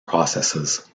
processes